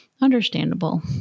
Understandable